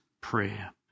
prayer